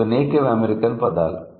ఇవి native American పదాలు